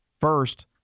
First